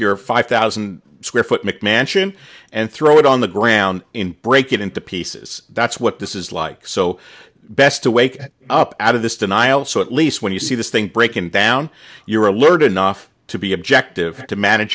your five thousand square foot mcmansion and throw it on the ground in break into pieces that's what this is like so best to wake up out of this denial so at least when you see this thing breaking down you're alert enough to be objective to manage